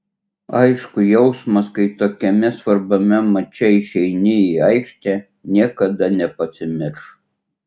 aišku jausmas kai tokiame svarbiame mače išeini į aikštę niekada nepasimirš